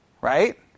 Right